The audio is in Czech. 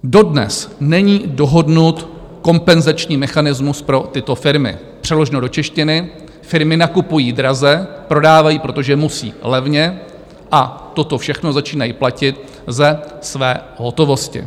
Dodnes není dohodnut kompenzační mechanismus pro tyto firmy, přeloženo do češtiny firmy nakupují draze, prodávají, protože musí, levně a toto všechno začínají platit ze své hotovosti.